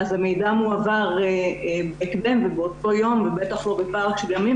אז המידע מועבר בהקדם ובאותו יום ובטח לא בפער של ימים,